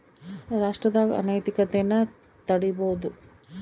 ರಾಷ್ಟ್ರದಾಗ ಅನೈತಿಕತೆನ ತಡೀಬೋದು